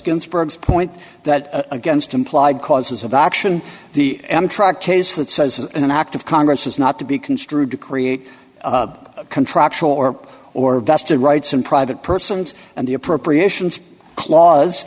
ginsburg's point that against implied causes of action the amtrak case that says an act of congress is not to be construed to create contractual or or vested rights in private persons and the appropriations cla